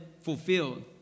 fulfilled